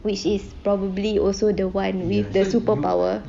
which is probably also the one with the superpower